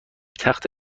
تخت